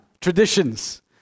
traditions